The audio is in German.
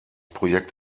projekt